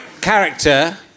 character